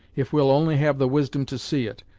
if we'll only have the wisdom to see it,